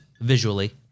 visually